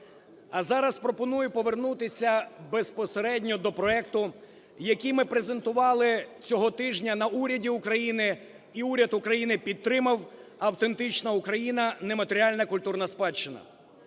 А зараз пропоную повернутися безпосередньо до проекту, який ми презентували цього тижня на уряді України і уряд України підтримав: "Автентична Україна. Нематеріальна культурна спадщина".